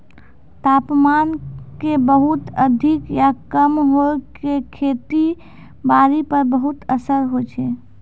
तापमान के बहुत अधिक या कम होय के खेती बारी पर बहुत असर होय छै